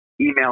Email